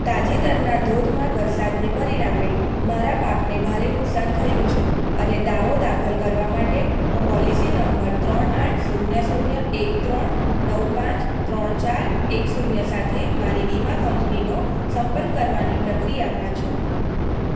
તાજેતરના ધોધમાર વરસાદને પરિણામે મારા પાકને ભારે નુકસાન થયું છે અને દાવો દાખલ કરવા માટે હું પોલિસી નંબર ત્રણ આઠ શૂન્ય શૂન્ય એક ત્રણ નવ પાંચ ત્રણ ચાર એક શૂન્ય સાથે મારી વીમા કંપનીનો સંપર્ક કરવાની પ્રક્રિયામાં છું